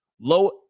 low